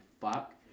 fuck